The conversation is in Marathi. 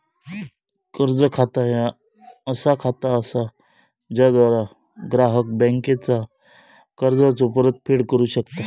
कर्ज खाता ह्या असा खाता असा ज्याद्वारा ग्राहक बँकेचा कर्जाचो परतफेड करू शकता